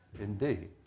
indeed